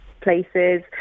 places